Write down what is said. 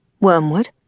wormwood